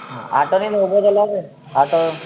ಹಾಂ ಆಟೋಲ್ಲೇ ಹೋಗ್ಬೋದಲ್ಲ ರೀ ಆಟೋ